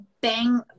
Bang